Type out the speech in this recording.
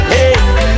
Hey